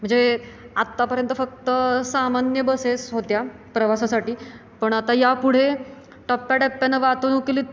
म्हणजे आत्तापर्यंत फक्त सामान्य बसेस होत्या प्रवासासाठी पण आता या पुढे टप्प्याटप्प्यानं वातानुकूलीत